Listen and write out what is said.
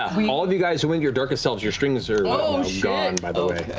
um all of you guys who went your darkest selves, your strings are gone, by the way.